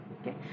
Okay